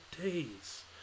days